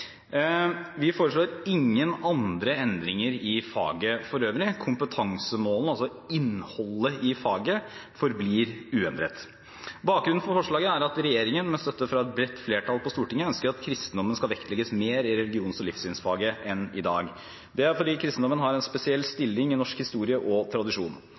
Vi foreslår ingen andre endringer i faget for øvrig. Kompetansemålene, altså innholdet i faget, forblir uendret. Bakgrunnen for forslaget er at regjeringen med støtte fra et bredt flertall på Stortinget, ønsker at kristendommen skal vektlegges mer i religions- og livssynsfaget enn i dag. Det er fordi kristendommen har en spesiell stilling i norsk historie og tradisjon.